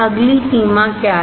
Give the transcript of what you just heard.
अगली सीमा क्या है